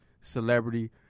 celebrity